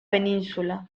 península